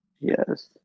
yes